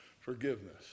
forgiveness